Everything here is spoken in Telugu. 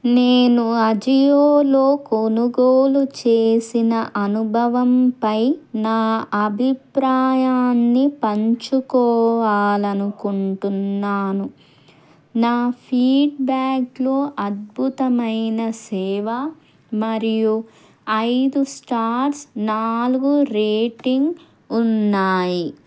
నేను అజియోలో కొనుగోలు చేసిన అనుభవంపై నా అభిప్రాయాన్ని పంచుకోవాలి అనుకుంటున్నాను నా ఫీడ్బ్యాక్లో అద్భుతమైన సేవ మరియు ఐదు స్టార్స్ నాలుగు రేటింగ్ ఉన్నాయి